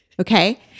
Okay